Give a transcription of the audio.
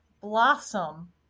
blossom